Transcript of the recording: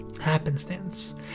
happenstance